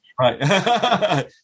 Right